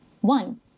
One